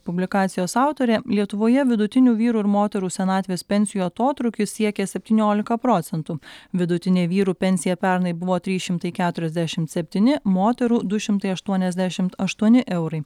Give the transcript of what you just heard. publikacijos autorė lietuvoje vidutinių vyrų ir moterų senatvės pensijų atotrūkis siekia septyniolika procentų vidutinė vyrų pensija pernai buvo trys šimtai keturiasdešim septyni moterų du šimtai aštuoniasdešimt aštuoni eurai